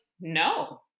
no